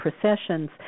processions